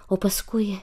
o paskui